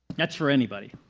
that's for anybody.